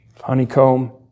honeycomb